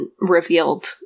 revealed